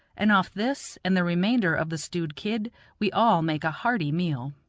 and off this and the remainder of the stewed kid we all make a hearty meal.